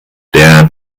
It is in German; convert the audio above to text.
der